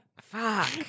Fuck